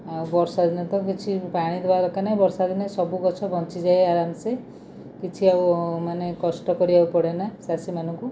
ଆଉ ବର୍ଷାଦିନେ ତ କିଛି ପାଣି ଦବା ଦରକାର ନାହିଁ ବର୍ଷାଦିନେ ସବୁ ଗଛ ବଞ୍ଚିଯାଏ ଆରାମସେ କିଛି ଆଉ ମାନେ କଷ୍ଟ କରିବାକୁ ପଡ଼େନା ଚାଷୀ ମାନଙ୍କୁ